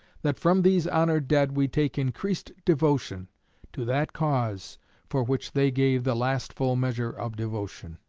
that from these honored dead we take increased devotion to that cause for which they gave the last full measure of devotion